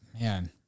man